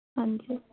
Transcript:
ਹਾਂਜੀ